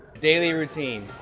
daily routine.